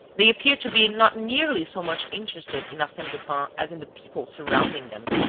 they appeared to be not nearly so much interested in arsene lupin as in the people surrounding them.